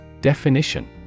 Definition